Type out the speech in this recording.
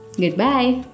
goodbye